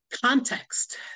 Context